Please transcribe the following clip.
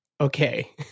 okay